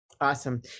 Awesome